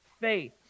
faith